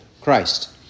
Christ